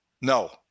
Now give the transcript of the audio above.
no